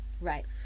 right